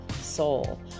soul